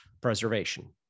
preservation